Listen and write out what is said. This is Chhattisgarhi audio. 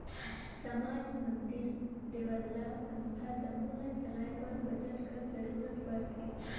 समाज, मंदिर, देवल्ला, संस्था जम्मो ल चलाए बर बजट कर जरूरत परथे